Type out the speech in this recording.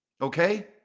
okay